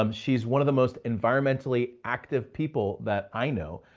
um she's one of the most environmentally active people that i know,